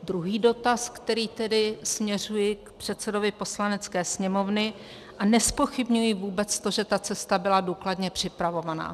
Druhý dotaz, který tedy směřuji k předsedovi Poslanecké sněmovny, a nezpochybňuji vůbec to, že ta cesta byla důkladně připravovaná.